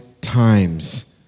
times